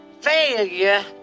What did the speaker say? failure